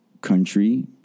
country